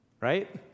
right